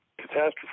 catastrophe